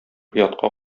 оятка